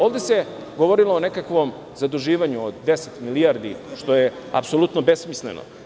Ovde se govorilo o nekakvom zaduživanju od 10 milijardi, što je apsolutno besmisleno.